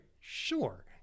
sure